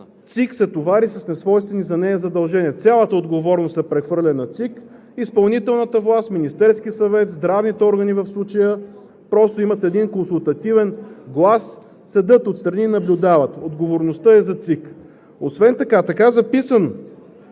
ЦИК се товари с несвойствени за нея задължения. Цялата отговорност се прехвърля на ЦИК. Изпълнителната власт, Министерският съвет, здравните органи в случая просто имат един консултативен глас, седят отстрани и наблюдават – отговорността е за ЦИК. Освен това, така записано